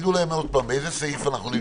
תגידו להם עוד פעם באיזה סעיף אנחנו נמצאים.